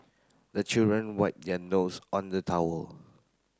the children wipe their nose on the towel